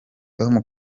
tom